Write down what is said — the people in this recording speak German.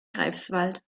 greifswald